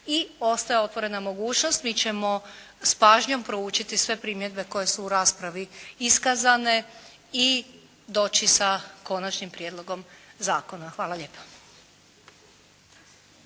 i ostaje otvorena mogućnost, mi ćemo s pažnjom proučiti sve primjedbe koje su u raspravi iskazane i doći sa konačnim prijedlogom zakona. Hvala lijepa.